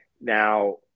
Now